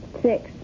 Six